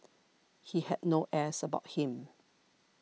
he had no airs about him